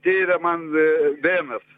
tyrė man venas